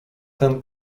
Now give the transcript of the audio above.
ten